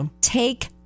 take